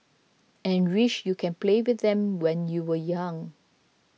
and wish you can play with them when you were young